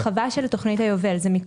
למימון הרשאות העבר בתכנית זו בהתאם לביצוע